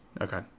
Okay